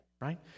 Right